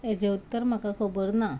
हेजें उत्तर म्हाका खबर ना